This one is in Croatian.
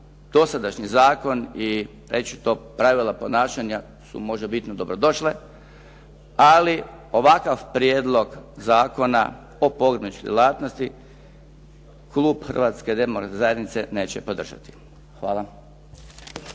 dosadašnji zakon i reći ću to, pravila ponašanja su možebitno dobrodošle, ali ovakav prijedlog zakona o pogrebničkoj djelatnosti klub Hrvatske Demografske Zajednice neće podržati. Hvala.